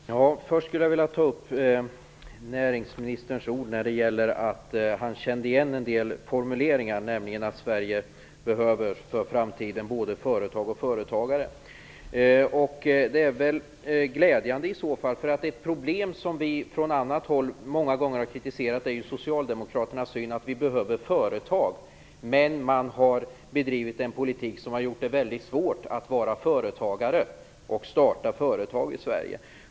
Herr talman! Först vill jag ta upp det näringsministern sade om att han kände igen en del formuleringar, nämligen att Sverige behöver för framtiden både företag och företagare. Det är väl glädjande i så fall, för ett problem som vi från annat håll många gånger har kritiserat är ju Socialdemokraternas syn att vi behöver företag, samtidigt som de har bedrivit en politik som gjort det väldigt svårt att vara företagare och att starta företag i Sverige.